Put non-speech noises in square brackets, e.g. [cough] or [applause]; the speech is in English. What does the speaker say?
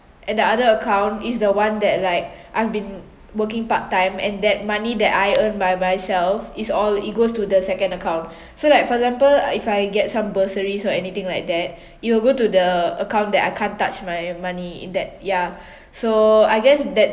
and the other account is the one that like I've been working part time and that money that I earned by myself is all it goes to the second account [breath] so like for example if I get some bursaries or anything like that [breath] it will go to the account that I can't touch my money in that yeah [breath] so I guess that's